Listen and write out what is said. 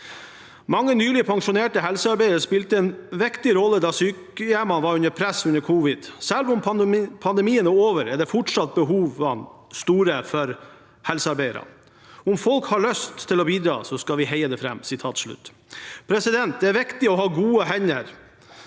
Mange nylig pensjonerte helsearbeidere spilte en viktig rolle da sykehjemmene var under press under covid. Selv om pandemien er over, er fortsatt behovene store for helsearbeidere. Om folk har lyst til å bidra, skal vi heie dem fram. Det er viktig å ha gode hender